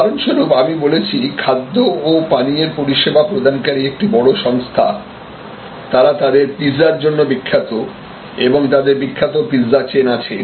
উদাহরণস্বরূপ আমি বলেছি খাদ্য ও পানীয়ের পরিষেবা প্রদানকারী একটি বড় সংস্থা তারা তাদের পিজ্জার জন্য বিখ্যাত ও তাদের বিখ্যাত পিজ্জা চেইন আছে